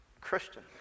Christian